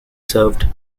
served